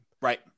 right